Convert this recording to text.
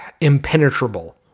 impenetrable